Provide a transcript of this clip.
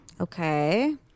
Okay